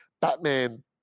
Batman